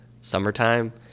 summertime